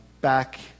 back